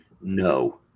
No